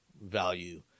value